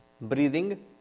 breathing